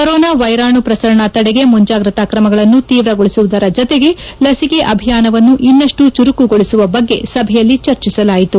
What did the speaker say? corona ವೈರಾಣು ಪ್ರಸರಣ ತಡೆಗೆ ಮುಂಜಾಗ್ರತಾ ಕ್ರಮಗಳನ್ನು ತೀವ್ರಗೊಳಿಸುವುದರ ಜತೆಗೆ ಲಸಿಕೆ ಅಭಿಯಾನವನ್ನು ಇನ್ನಷ್ಟು ಚುರುಕುಗೊಳಿಸುವ ಬಗ್ಗೆ ಸಭೆಯಲ್ಲಿ ಚರ್ಚಿಸಲಾಯಿತು